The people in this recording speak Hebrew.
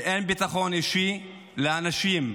ואין ביטחון אישי לאנשים,